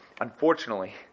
unfortunately